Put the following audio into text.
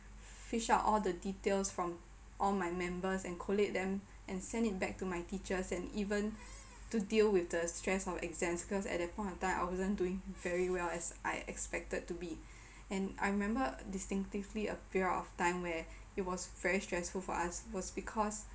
fish out all the details from all my members and collate them and send it back to my teachers and even to deal with the stress of exams because at that point of time I wasn't doing very well as I expected to be and I remember distinctively a period of time where it was very stressful for us it was because